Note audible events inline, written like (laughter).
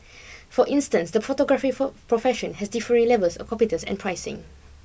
for instance the photography (unintelligible) profession has differing levels of competence and pricing